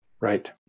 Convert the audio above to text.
Right